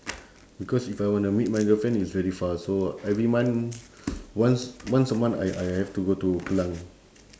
because if I wanna meet my girlfriend it's very far so every month once once a month I I have to go to klang